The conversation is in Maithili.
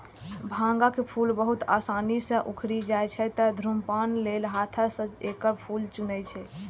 भांगक फूल बहुत आसानी सं उखड़ि जाइ छै, तें धुम्रपान लेल हाथें सं एकर फूल चुनै छै